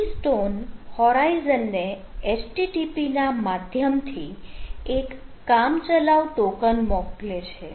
keystone Horizon ને HTTP ના માધ્યમથી એક કામચલાઉ ટોકન મોકલે છે